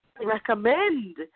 recommend